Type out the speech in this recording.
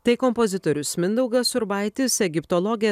tai kompozitorius mindaugas urbaitis egiptologė